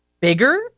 bigger